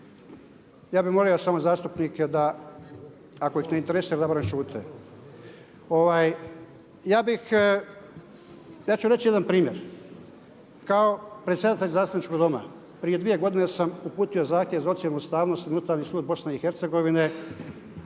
ja bi molio samo zastupnike da ako ih ne interesira da barem šute. Ja bih, ja ću reći jedan primjer. Kao predsjedatelj zastupničkog doma prije dvije godine sam uputio zahtjev za ocjenu ustavnosti na Unutarnji sud Bosne i Hercegovine